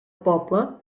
poble